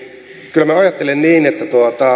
kyllä minä ajattelen